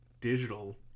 digital